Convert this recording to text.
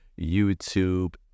YouTube